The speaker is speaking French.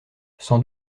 sans